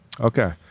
okay